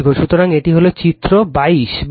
সুতরাং এটি চিত্র 22